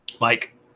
Mike